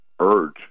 urge